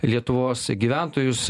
lietuvos gyventojus